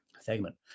segment